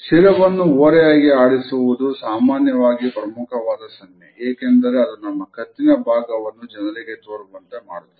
ಶಿರವನ್ನು ಓರೆಯಾಗಿ ಆಡಿಸುವುದು ಸಾಮಾನ್ಯವಾಗಿ ಪ್ರಮುಖವಾದ ಸನ್ನೆ ಏಕೆಂದರೆ ಅದು ನಮ್ಮ ಕತ್ತಿನ ಭಾಗವನ್ನು ಜನರಿಗೆ ತೋರುವಂತೆ ಮಾಡುತ್ತದೆ